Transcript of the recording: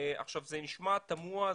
זה נשמע תמוה,